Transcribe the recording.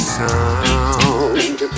sound